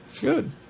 Good